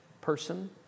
person